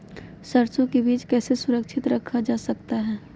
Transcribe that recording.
सरसो के बीज कैसे सुरक्षित रखा जा सकता है?